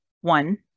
One